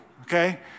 okay